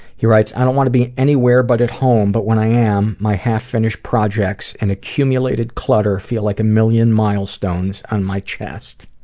he writes i don't want to be anywhere but at home, but when i am, my half-finished projects and accumulated clutter feel like a million milestones on my chest.